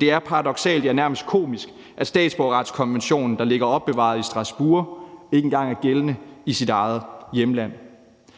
Det er paradoksalt, ja nærmest komisk, at statsborgerretskonventionen, der ligger opbevaret i Strasbourg, ikke engang er gældende i sit eget hjemland.